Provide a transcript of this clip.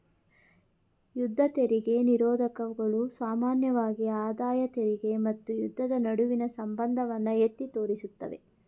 ಯುದ್ಧ ತೆರಿಗೆ ನಿರೋಧಕಗಳು ಸಾಮಾನ್ಯವಾಗಿ ಆದಾಯ ತೆರಿಗೆ ಮತ್ತು ಯುದ್ಧದ ನಡುವಿನ ಸಂಬಂಧವನ್ನ ಎತ್ತಿ ತೋರಿಸುತ್ತವೆ